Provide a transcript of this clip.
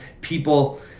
people